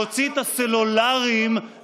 ב-1948 לא חשבנו להוציא את הסלולריים ולצלם,